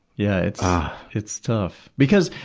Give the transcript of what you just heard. yeah it's it's tough. because,